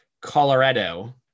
Colorado